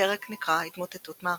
הפרק נקרא "התמוטטות מערכת".